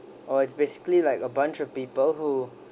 oh it's basically like a bunch of people who